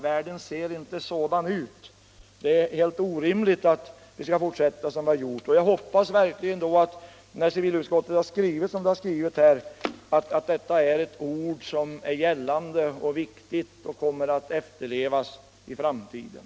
Världen ser inte sådan ut. Det är helt orimligt att det skall fortsätta som det har gjort, och jag hoppas verkligen att när civilutskottet har skrivit som det har skrivit, så skall detta vara ett viktigt uttalande som är gällande och kommer att efterlevas i framtiden.